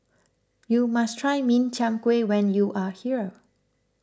you must try Min Chiang Kueh when you are here